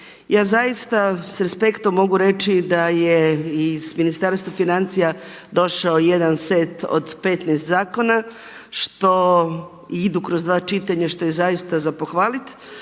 Ja zaista sa respektom mogu reći da je iz Ministarstva financija došao jedan set od 15 zakona što idu kroz 2 čitanja, što je zaista za pohvaliti.